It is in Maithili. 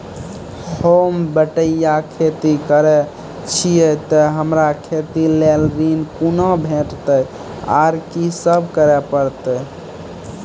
होम बटैया खेती करै छियै तऽ हमरा खेती लेल ऋण कुना भेंटते, आर कि सब करें परतै?